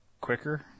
quicker